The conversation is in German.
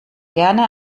gerne